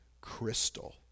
crystal